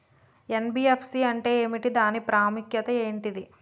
NBFC అంటే ఏమిటి దాని ప్రాముఖ్యత ఏంటిది?